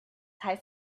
heißt